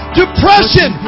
depression